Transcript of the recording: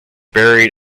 buried